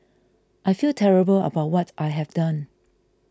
I feel terrible about what I have done